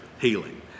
healing